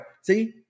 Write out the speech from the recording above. See